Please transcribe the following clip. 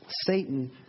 Satan